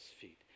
feet